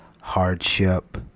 hardship